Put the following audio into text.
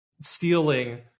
stealing